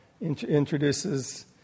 introduces